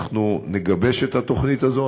אנחנו נגבש את התוכנית הזאת,